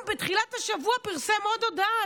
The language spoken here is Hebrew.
בתחילת השבוע ארגון הנשים של האו"ם פרסם עוד הודעה.